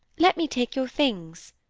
let me take your things,